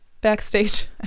backstage